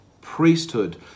priesthood